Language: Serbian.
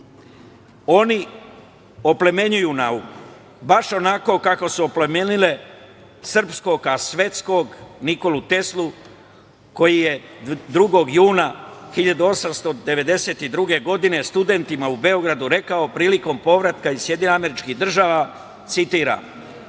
Oni oplemenjuju nauku baš onako kako su oplemenile srpskog a svetskog Nikolu Teslu, koji je 2. juna 1892. godine studentima u Beogradu rekao prilikom povratka iz SAD, citiram: